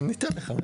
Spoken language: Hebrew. ניתן לך.